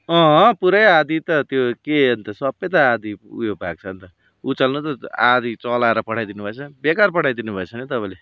अँ पुरै आधा त त्यो के अन्त सबै त आधा उयो भएको छ अन्त उचाल्नु त आधा चलाएर पठाइदिनु भएछ बेकार पठाइदिनु भएछ नि हौ तपाईँले